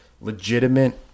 legitimate